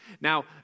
Now